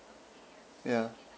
ya